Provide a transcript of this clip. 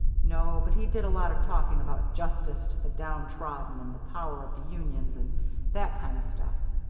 no, but he did a lot of talking about justice to the down-trodden and the power of the unions, and that kind of stuff.